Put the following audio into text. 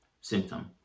symptom